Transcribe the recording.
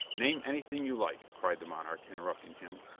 name anything you like, cried the monarch, interrupting him.